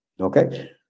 okay